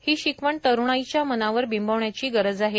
ही शिकवण तरुणाईच्या मनावर बिंबवण्याची गरज आहे